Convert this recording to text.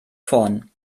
vorn